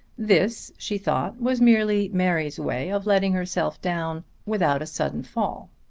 this, she thought, was merely mary's way of letting herself down without a sudden fall.